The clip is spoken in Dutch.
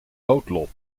noodlot